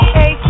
Hey